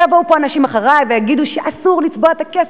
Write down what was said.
ויבואו פה אנשים אחרי ויגידו שאסור לצבוע את הכסף,